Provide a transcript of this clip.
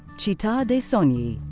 citta' dei sogni.